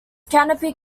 canopy